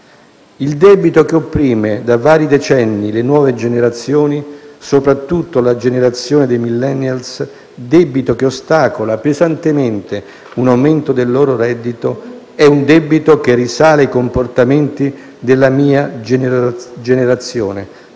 il debito che opprime da vari decenni le nuove generazioni, soprattutto la generazione dei *millennial*, debito che ostacola pesantemente un aumento del loro reddito, è un debito che risale ai comportamenti della mia generazione,